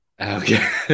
Okay